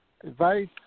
advice